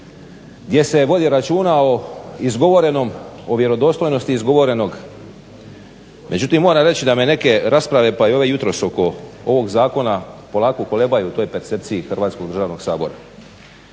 gdje se vodi računa o vjerodostojnosti izgovorenog međutim moram reći da me neke rasprave, pa i ove jutros oko ovog zakona polako kolebaju u toj percepciji Hrvatskog državnog sabora.